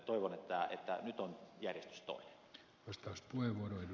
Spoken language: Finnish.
toivon että nyt on järjestys toinen